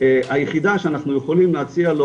היחידה שאנחנו יכולים להציע לו,